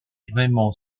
vraiment